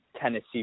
Tennessee